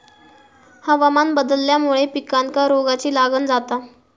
हवामान बदलल्यामुळे पिकांका रोगाची लागण जाता